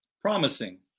Promising